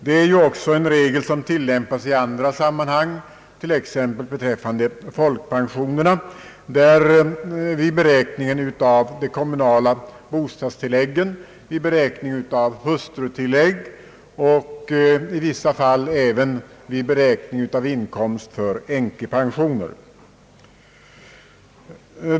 Det är ju också en regel som tillämpas i andra sammanhang, t.ex. beträffande folkpensionerna, vid beräkningen av de kommunala bostadstilläggen, vid beräkningen av hustrutillägg och i vissa fall även vid beräkning av inkomst för änkepensioner.